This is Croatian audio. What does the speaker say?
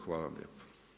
Hvala vam lijepa.